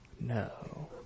no